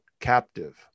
captive